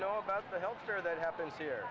know about the health care that happens here